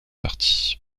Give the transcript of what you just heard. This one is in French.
partis